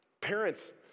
Parents